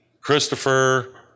Christopher